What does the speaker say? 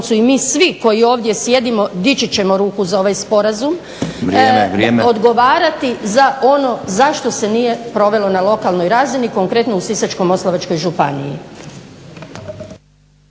i mi svi koji ovdje sjedimo dići ćemo ruku za ovaj sporazum odgovarati za ono zašto se nije provelo na lokalnoj razini konkretno u Sisačko-moslavačkoj županiji.